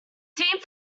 team